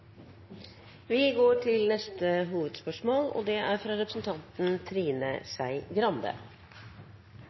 Vi går videre til neste hovedspørsmål